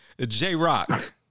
J-Rock